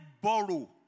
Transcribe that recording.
borrow